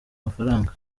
amafaranga